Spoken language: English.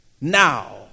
now